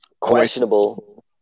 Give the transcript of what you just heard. questionable